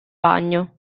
bagno